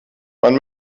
man